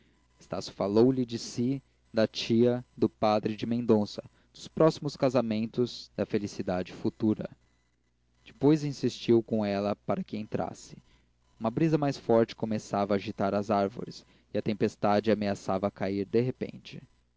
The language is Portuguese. luz estácio falou-lhe de si da tia do padre e de mendonça dos próximos casamentos da felicidade futura depois insistiu com ela para que entrasse uma brisa mais forte começava a agitar as árvores e a tempestade ameaçava cair de repente